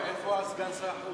איפה סגן שר החוץ?